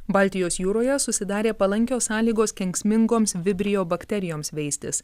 baltijos jūroje susidarė palankios sąlygos kenksmingoms vibrio bakterijoms veistis